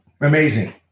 amazing